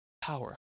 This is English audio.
power